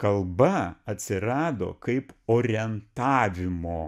kalba atsirado kaip orientavimo